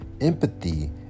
Empathy